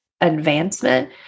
advancement